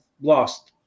lost